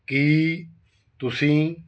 ਕੀ ਤੁਸੀਂ